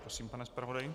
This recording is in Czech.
Prosím, pane zpravodaji.